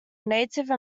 native